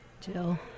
Jill